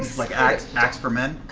like axe axe for men?